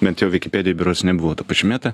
bent jau vikipedijoj berods nebuvo to pažymėta